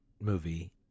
movie